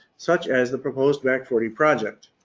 such as the proposed back forty project.